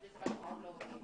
יש בזה משהו מאוד לא הוגן.